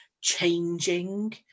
changing